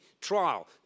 trial